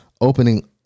opening